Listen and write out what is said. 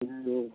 जी